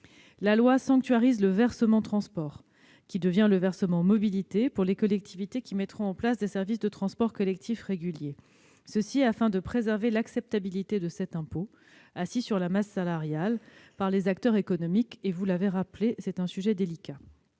la mobilité. Le versement transport est sanctuarisé et devient le versement mobilité pour les collectivités qui mettront en place des services de transport collectif réguliers, afin de préserver l'acceptabilité de cet impôt assis sur la masse salariale par les acteurs économiques- vous l'avez rappelé, c'est un sujet délicat.